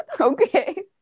Okay